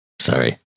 Sorry